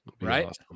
Right